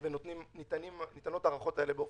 ואני דיברתי עם מנהל הרשות.